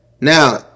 Now